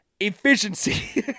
Efficiency